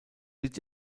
litt